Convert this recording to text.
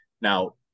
Now